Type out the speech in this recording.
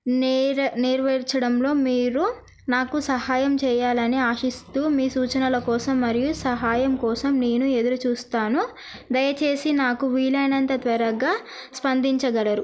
నేరవేర్చడంలో మీరు నాకు సహాయం చేయాలని ఆశిస్తూ మీ సూచనల కోసం మరియు సహాయం కోసం నేను ఎదురుచూస్తాను దయచేసి నాకు వీలైనంత త్వరగా స్పందించగలరు